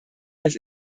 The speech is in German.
als